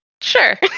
Sure